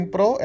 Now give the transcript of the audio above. Pro